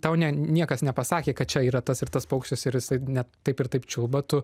tau ne niekas nepasakė kad čia yra tas ir tas paukštis ir jisai ne taip ir taip čiulba tu